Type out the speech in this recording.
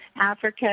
Africa